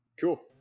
Cool